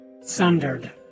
sundered